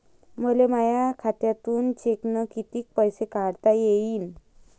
मले माया खात्यातून चेकनं कितीक पैसे काढता येईन?